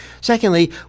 Secondly